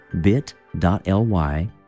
bit.ly